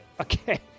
Okay